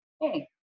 Hey